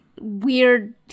weird